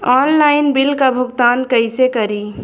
Online bill क भुगतान कईसे करी?